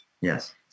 Yes